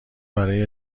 برای